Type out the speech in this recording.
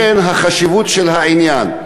לכן החשיבות של העניין.